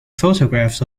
photographs